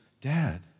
Dad